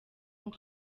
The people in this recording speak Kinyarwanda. ngo